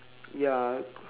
ya